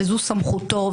וזו סמכותו,